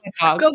go